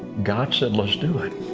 god said, let's do it.